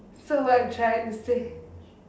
so what are you trying to say